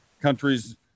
countries